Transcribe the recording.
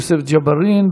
יוסף ג'בארין,